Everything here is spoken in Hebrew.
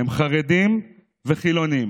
הם חרדים וחילונים,